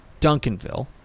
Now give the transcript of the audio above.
Duncanville